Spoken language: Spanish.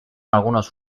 algunos